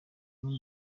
umwe